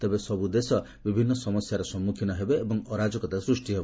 ତେବେ ସବୁଦେଶ ବିଭିନ୍ନ ସମସ୍ୟାର ସମ୍ମୁଖୀନ ହେବେ ଏବଂ ଅରାଜକତା ସୃଷ୍ଟି ହେବ